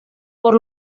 por